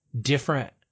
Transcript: different